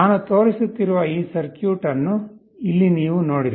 ನಾನು ತೋರಿಸುತ್ತಿರುವ ಈ ಸರ್ಕ್ಯೂಟ್ ಅನ್ನು ಇಲ್ಲಿ ನೀವು ನೋಡಿರಿ